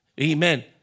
Amen